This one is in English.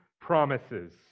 promises